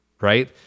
right